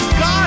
God